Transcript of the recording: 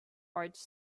arched